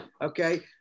Okay